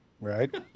Right